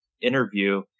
interview